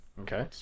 Okay